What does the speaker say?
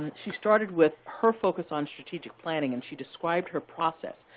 she started with her focus on strategic planning, and she described her process.